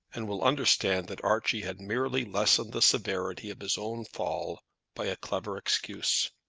and will understand that archie had merely lessened the severity of his own fall by a clever excuse.